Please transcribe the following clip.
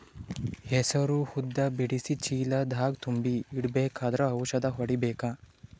ಹೆಸರು ಉದ್ದ ಬಿಡಿಸಿ ಚೀಲ ದಾಗ್ ತುಂಬಿ ಇಡ್ಬೇಕಾದ್ರ ಔಷದ ಹೊಡಿಬೇಕ?